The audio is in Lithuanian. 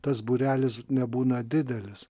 tas būrelis nebūna didelis